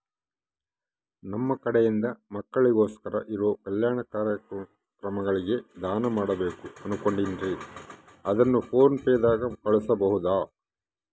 ನಮ್ಮ ಕಡೆಯಿಂದ ಮಕ್ಕಳಿಗೋಸ್ಕರ ಇರೋ ಕಲ್ಯಾಣ ಕಾರ್ಯಕ್ರಮಗಳಿಗೆ ದಾನ ಮಾಡಬೇಕು ಅನುಕೊಂಡಿನ್ರೇ ಅದನ್ನು ಪೋನ್ ಪೇ ದಾಗ ಕಳುಹಿಸಬಹುದಾ?